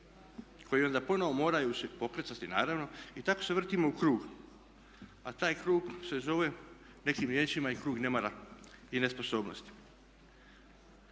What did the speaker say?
koji onda ponovno moraju se pokretati naravno. I tako se vrtimo u krug, a taj krug se zove nekim riječima i krug nemara i nesposobnosti.